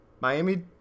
Miami –